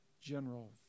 general